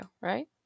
right